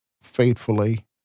faithfully